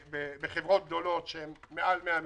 בחברות גדולות שהן מעל 100 מיליון.